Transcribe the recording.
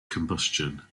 combustion